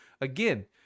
Again